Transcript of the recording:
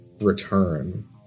return